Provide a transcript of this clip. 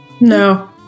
No